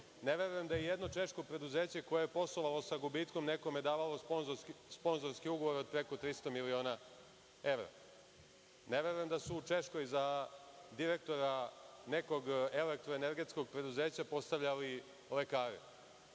Ne verujem da je ijedno češko preduzeće koje je poslovalo sa gubitkom nekome davalo sponzorske ugovore od preko 300.000.000 evra. Ne verujem da se u Češkoj za direktora nekog elektroenergetskog preduzeća postavljali lekare. Ako